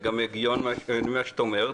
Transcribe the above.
וגם הגיוני מה שאת אומרת,